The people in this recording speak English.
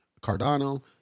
cardano